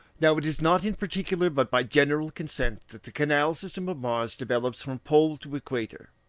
now it is not in particular but by general consent that the canal-system of mars develops from pole to equator.